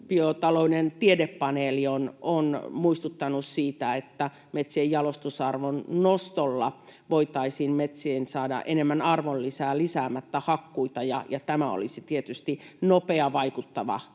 Metsäbiotalouden tiedepaneeli on muistuttanut siitä, että metsien jalostusarvon nostolla voitaisiin metsiin saada enemmän arvonlisää lisäämättä hakkuita, ja tämä olisi tietysti nopea, vaikuttava keino